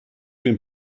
been